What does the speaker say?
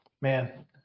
Man